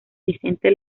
vicente